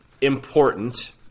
important